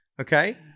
Okay